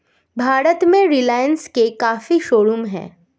भारत में रिलाइन्स के काफी शोरूम हैं